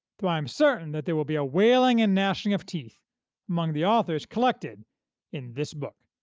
though i am certain that there will be a wailing and gnashing of teeth among the authors collected in this book.